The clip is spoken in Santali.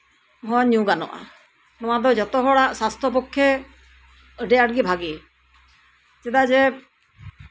ᱦᱚᱸ ᱧᱩ ᱜᱟᱱᱚᱜᱼᱟ ᱱᱚᱣᱟ ᱫᱚ ᱡᱚᱛᱚ ᱦᱚᱲᱟᱜ ᱥᱟᱥᱛᱷᱚ ᱯᱚᱠᱠᱷᱮ ᱟᱹᱰᱤ ᱟᱸᱴ ᱜᱮ ᱵᱷᱟᱹᱜᱤ ᱪᱮᱫᱟᱜ ᱡᱮ